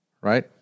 right